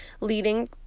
leading